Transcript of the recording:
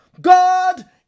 God